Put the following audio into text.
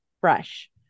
fresh